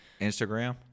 instagram